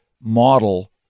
model